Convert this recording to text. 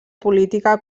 política